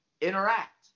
interact